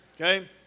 Okay